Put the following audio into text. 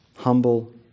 Humble